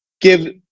give